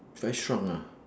try shrunk ah